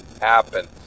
happen